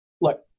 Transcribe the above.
look